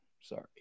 Sorry